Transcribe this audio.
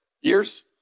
years